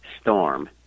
storm